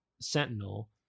sentinel